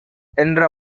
என்ற